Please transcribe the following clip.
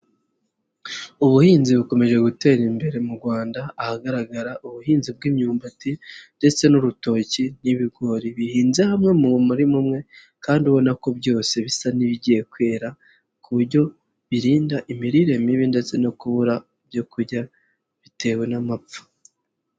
Ubuhinzi bukomeje gutera imbere mu Rwanda, ahagaragara ubuhinzi bw'imyumbati ndetse n'urutoki n'ibigori, bihinze hamwe mu murima umwe kandi ubona ko byose bisa n'ibigiye kwera ku buryo birinda imirire mibi ndetse no kubura ibyo kurya bitewe n'amapfa.